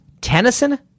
Tennyson